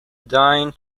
dine